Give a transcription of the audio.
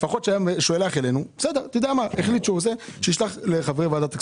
לפחות היה שולח לחברי ועדת הכספים.